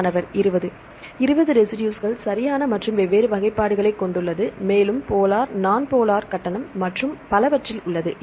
மாணவர் 20 20 ரெசிடுஸ்கள் சரியான மற்றும் வெவ்வேறு வகைப்பாடுகளை கொண்டுள்ளது மேலும் போலார் நான் போலார் கட்டணம் மற்றும் பலவற்றில் உள்ளது